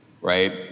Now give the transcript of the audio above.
Right